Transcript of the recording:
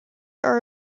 are